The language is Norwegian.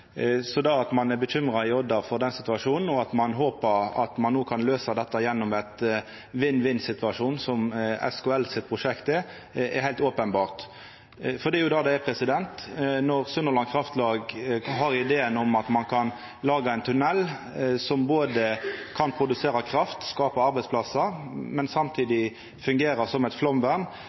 Det at ein er bekymra for den situasjonen i Odda, og at ein håpar at ein òg kan løysa dette gjennom ein vinn-vinn-situasjon, som SKLs prosjekt er, er heilt openbert. For det er jo det det er: Når Sunnhordland Kraftlag har ideen om at ein kan laga ein tunnel som kan både produsera kraft og skapa arbeidsplassar, men samtidig fungera som eit